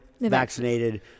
vaccinated